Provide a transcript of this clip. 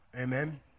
Amen